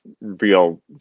real